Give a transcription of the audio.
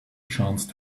chance